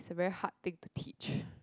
the very hard thing to teach